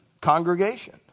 congregation